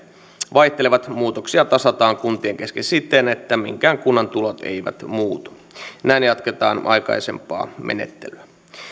vaihtelevat muutoksia tasataan kuntien kesken siten että minkään kunnan tulot eivät muutu näin jatketaan aikaisempaa menettelyä